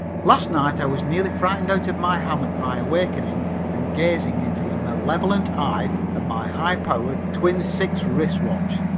last night i was nearly frightened out of my hammock by awakening and gazing into the malevolent eye of my high-powered, twin-six wrist watch.